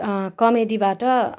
कमेडीबाट